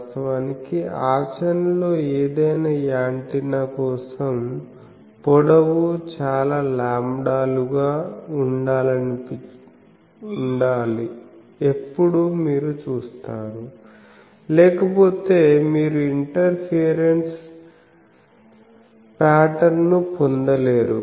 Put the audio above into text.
వాస్తవానికి ఆచరణ లో ఏదైనా యాంటెన్నా కోసం పొడవు చాలా లాంబ్డాలు గా ఉండాలనిఎప్పుడూ మీరు చెప్పారు లేకపోతే మీరు ఇంటర్ఫేరెన్సు పాటర్న్ ను పొందలేరు